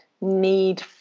need